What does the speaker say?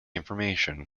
information